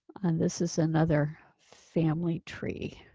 and this is another family tree.